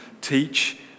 teach